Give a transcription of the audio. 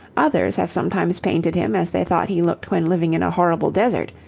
others have sometimes painted him as they thought he looked when living in a horrible desert,